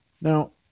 Now